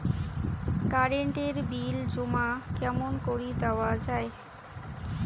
Current এর bill জমা কেমন করি দেওয়া যায়?